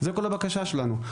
זו כל הבקשה שלנו.